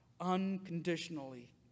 unconditionally